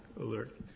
alert